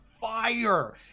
fire